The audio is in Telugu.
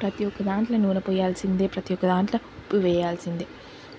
ప్రతి ఒక్కదాంట్లో నూనె పోయాల్సిందే ప్రతి ఒక్కదాంట్లో ఉప్పు వేయాల్సిందే